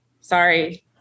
sorry